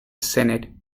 senate